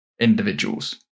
individuals